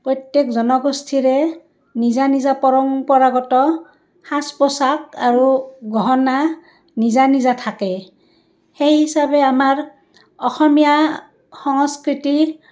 প্ৰত্যেক জনগোষ্ঠীৰে নিজা নিজা পৰম্পৰাগত সাজ পোছাক আৰু গহনা নিজা নিজা থাকে সেই হিচাপে আমাৰ অসমীয়া সংস্কৃতি